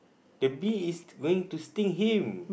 the bees is going to sting him